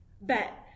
bet